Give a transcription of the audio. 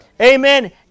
Amen